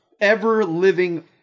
ever-living